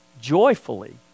joyfully